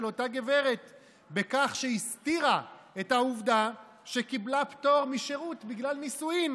אותה גברת בכך שהסתירה את העובדה שקיבלה פטור משירות בגלל נישואים,